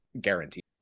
guaranteed